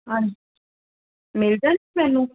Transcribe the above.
ਹਾਂਜੀ ਮਿਲ ਜਾਣਗੇ ਮੈਨੂੰ